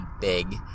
big